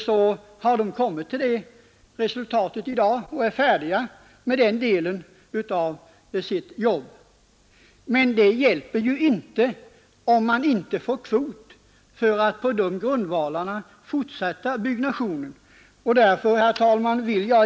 Då vill jag meddela att arbetsgruppen i dag har blivit färdig med den delen av sitt arbete. Men det hjälper ju inte, om vi inte får byggnadskvot för att fortsätta byggnationen på uppgjorda grundvalar.